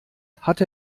hat